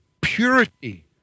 purity